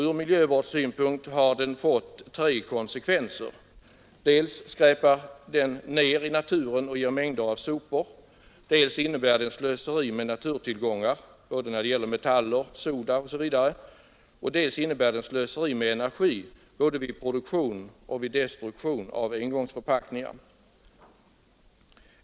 Ur miljövårdssynpunkt har den fått tre konsekvenser: dels skräpar den ner i naturen och ger mängder av sopor, dels innebär den slöseri med naturtillgångar och dels innebär den slöseri med energi både vid produktion och vid destruktion av engångsförpackningar.